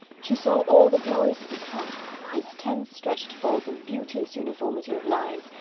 she saw all the glories of the camp its tents stretched forth in beauteous uniformity of lines,